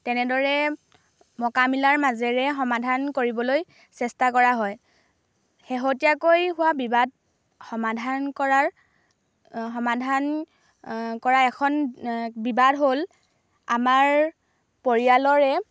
তেনেদৰে মকা মিলাৰ মাজেৰে সমাধান কৰিবলৈ চেষ্টা কৰা হয় শেহতীয়াকৈ হোৱা বিবাদ সমাধান কৰাৰ সমাধান কৰা এখন বিবাদ হ'ল আমাৰ পৰিয়ালৰে